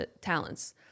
talents